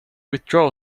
withdraw